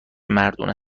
مردونه